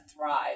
thrive